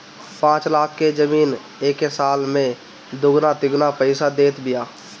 पाँच लाख के जमीन एके साल में दुगुना तिगुना पईसा देत बिया